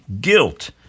guilt